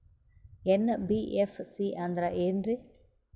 NBFC ಅಂದ್ರ ಏನ್ರೀ?